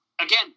again